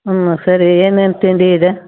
ಹ್ಞೂ ಸರಿ ಏನೇನು ತಿಂಡಿ ಇದೆ